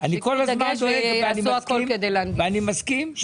אני כל הזמן דואג ואני מסכים, ואני מסכים,